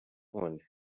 one